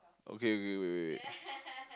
okay okay wait wait wait